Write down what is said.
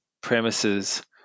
premises